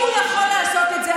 אם הוא יכול לעשות את זה,